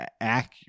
accurate